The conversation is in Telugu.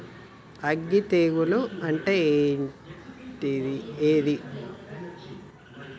అగ్గి తెగులు అంటే ఏంది?